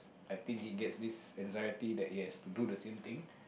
I think he gets this anxiety that he has to do the same thing